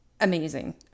amazing